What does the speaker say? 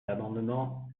l’amendement